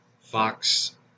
Fox